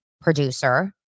producer